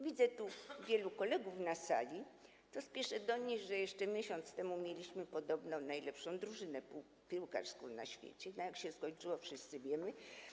Widzę tu wielu kolegów na sali, więc spieszę donieść, że jeszcze miesiąc temu mieliśmy podobno najlepszą drużynę piłkarską na świecie, a jak się skończyło, wszyscy wiemy.